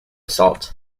salt